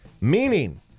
Meaning